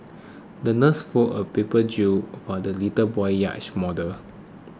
the nurse folded a paper jib for the little boy's yacht model